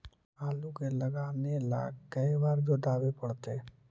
आलू के लगाने ल के बारे जोताबे पड़तै?